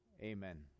Amen